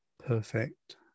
Perfect